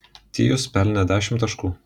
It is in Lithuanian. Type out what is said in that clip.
tyus pelnė dešimt taškų